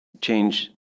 Change